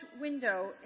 window